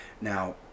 now